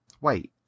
Wait